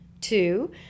Two